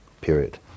Period